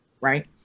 right